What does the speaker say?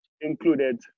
included